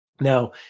Now